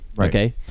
Okay